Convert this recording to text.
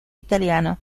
italiano